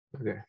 Okay